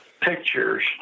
pictures